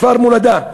כפר מולדה,